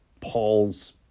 Paul's